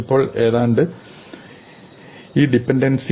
ഇപ്പോൾ എന്താണ് ഈ ഡിപെൻടെൻസി